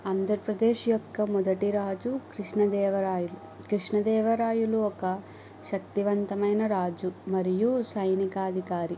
ఆంధ్రప్రదేశ్ యొక్క మొదటి రాజు కృష్ణదేవరాయలు కృష్ణదేవరాయులు ఒక శక్తివంతమైన రాజు మరియు సైనికాధికారి